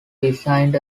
designed